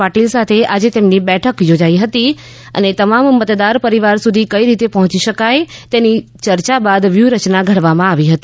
પાટિલ સાથે આજે તેમની બેઠક થોજાઈ હતી અને તમામ મતદાર પરિવાર સુધી કઈ રીતે પહોચી શકાય તેની ચર્ચા બાદ વ્યુહ રચના ઘડવામાં આવી હતી